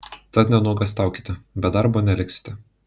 tad nenuogąstaukite be darbo neliksite